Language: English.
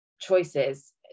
choices